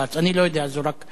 אני לא יודע, זו רק שאלה.